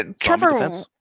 Trevor